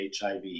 HIV